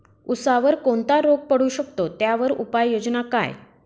ऊसावर कोणता रोग पडू शकतो, त्यावर उपाययोजना काय?